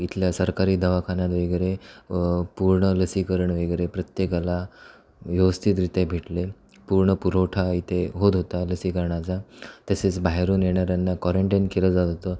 इथल्या सरकारी दवाखान्यात वगैरे पूर्ण लसीकरण वगैरे प्रत्येकाला व्यवस्थितरित्या भेटलं आहे पूर्ण पुरवठा इथे होत होता लसीकरणाचा तसेच बाहेरून येणाऱ्यांना कॉरन्टाईन केलं जात होतं